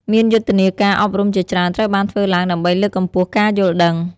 មានយុទ្ធនាការអប់រំជាច្រើនត្រូវបានធ្វើឡើងដើម្បីលើកកម្ពស់ការយល់ដឹង។